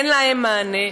אין להן מענה.